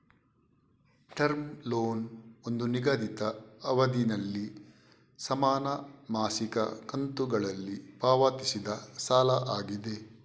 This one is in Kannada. ಟರ್ಮ್ ಲೋನ್ ಒಂದು ನಿಗದಿತ ಅವಧಿನಲ್ಲಿ ಸಮಾನ ಮಾಸಿಕ ಕಂತುಗಳಲ್ಲಿ ಪಾವತಿಸಿದ ಸಾಲ ಆಗಿದೆ